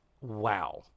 Wow